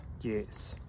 yes